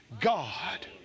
God